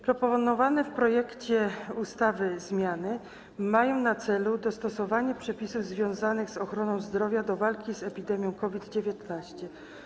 Proponowane w projekcie ustawy zmiany mają na celu dostosowanie przepisów związanych z ochroną zdrowia do walki z epidemią COVID-19.